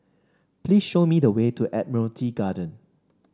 please show me the way to Admiralty Garden